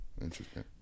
Interesting